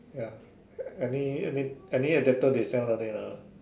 ya any any any adapter they sell down there lah